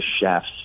chefs